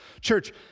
Church